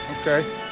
Okay